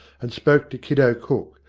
and spoke to kiddo cook,